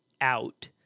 out